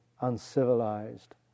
uncivilized